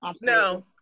no